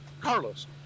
Carlos